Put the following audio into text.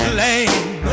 lame